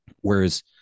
Whereas